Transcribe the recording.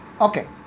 Okay